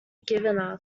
given